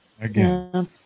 Again